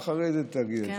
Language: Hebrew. ואחרי זה תגיד את זה.